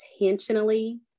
intentionally